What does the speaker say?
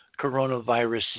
coronavirus